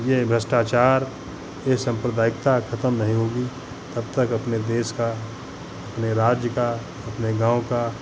ये भ्रष्टाचार ये साम्प्रदायिकता खतम नहीं होगी तब तक अपने देश का अपने राज्य का अपने गाँव का